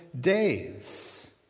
days